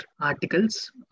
articles